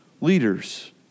leaders